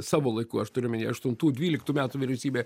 savo laiku aš turiu omeny aštuntų dvyliktų metų vyriausybė